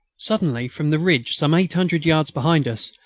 suddenly, from the ridge some eight hundred yards behind us,